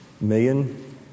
million